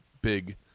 big